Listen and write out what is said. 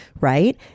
Right